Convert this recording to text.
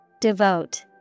Devote